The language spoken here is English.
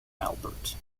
albert